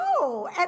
No